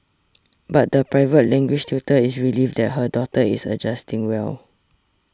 but the private language tutor is relieved that her daughter is adjusting well